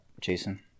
Jason